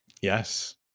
Yes